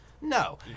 No